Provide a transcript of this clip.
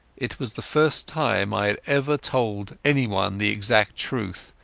it was the first time i had ever told anyone the exact truth,